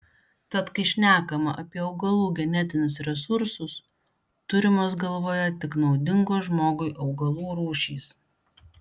tad kai šnekama apie augalų genetinius resursus turimos galvoje tik naudingos žmogui augalų rūšys